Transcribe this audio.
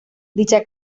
dicha